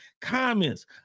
comments